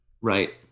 right